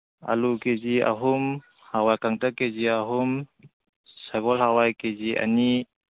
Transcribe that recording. ꯑꯜꯂꯨ K G ꯑꯍꯨꯝ ꯍꯋꯥꯏ ꯀꯪꯀꯛ ꯀꯦ ꯖꯤ ꯑꯍꯨꯝ ꯁꯒꯣꯜ ꯍꯋꯥꯏ ꯀꯦ ꯖꯤ ꯑꯅꯤ